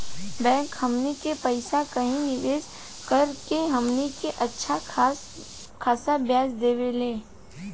bank हमनी के पइसा कही निवेस कऽ के हमनी के अच्छा खासा ब्याज देवेला